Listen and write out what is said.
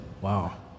wow